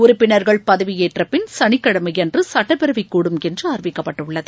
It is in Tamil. உறுப்பினர்கள் பதவியேற்றப் பின் சனிக்கிழமையன்றுசட்டப்பேரவைகூடும் என்றுஅறிவிக்கப்பட்டுள்ளது